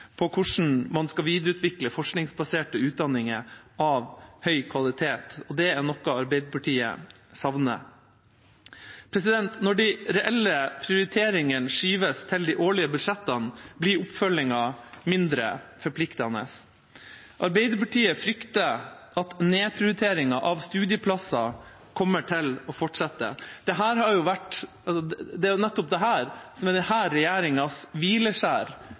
på hvordan man skal videreutvikle forskningsbaserte utdanninger av høy kvalitet, og det er noe Arbeiderpartiet savner. Når de reelle prioriteringene skyves til de årlige budsjettene, blir oppfølgingen mindre forpliktende. Arbeiderpartiet frykter at nedprioriteringen av studieplasser kommer til å fortsette. Det